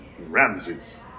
Ramses